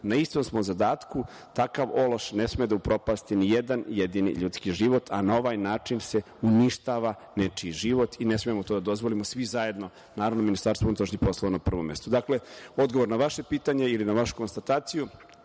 na istom smo zadatku, takav ološ ne sme da upropasti nijedan jedini ljudski život, a na ovaj način se uništava nečiji život i ne smemo to da dozvolimo svi zajedno, naravno, Ministarstvo unutrašnjih poslova na prvom mestu. Dakle, odgovor na vaše pitanje ili na vašu konstataciju